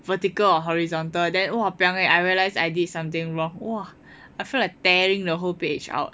vertical or horizontal then !wah! piang eh I realised I did something wrong !wah! I feel like tearing the whole page out